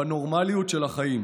בנורמליות של החיים,